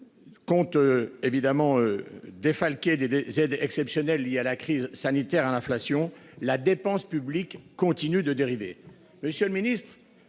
Compte évidemment. Défalquer des des aides exceptionnelles liées à la crise sanitaire à l'inflation, la dépense publique continue de dériver.